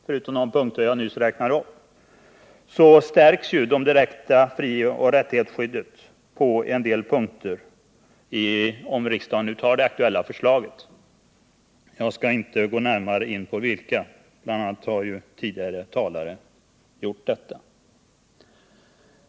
Förutom de punkter jag nyss räknade upp stärks det direkta frioch rättighetsskyddet på en del ytterligare punkter om riksdagen antar det aktuella förslaget. Jag skall inte gå in närmare på vilka. Bl. a. har tidigare talare gjort det.